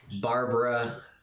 Barbara